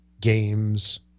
games